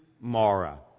Mara